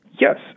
Yes